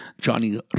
Johnny